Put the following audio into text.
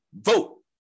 vote